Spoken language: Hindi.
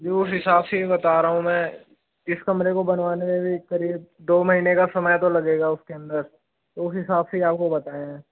जी उस हिसाब से ही बता रहा हूँ में इस कमरे को भी बनवाने में करीब दो महीने का समय तो लगेगा उसके अंदर तो उस हिसाब से ही आपको बताया है